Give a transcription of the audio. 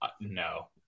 no